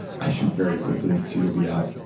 i shoot very quickly so you'll be out.